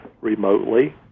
remotely